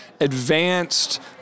advanced